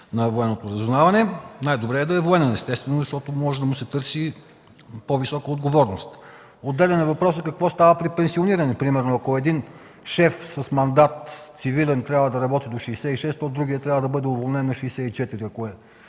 на Военното разузнаване. Най-добре е да е военен естествено, защото може да му се търси по-висока отговорност. Отделен е въпросът какво става при пенсиониране, примерно, ако един цивилен шеф с мандат трябва да работи до 66, то другият трябва да бъде уволнен на 64, ако е